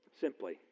Simply